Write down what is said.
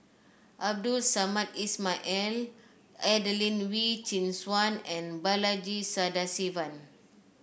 Abdul Samad Ismail and Adelene Wee Chin Suan and Balaji Sadasivan